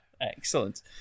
Excellent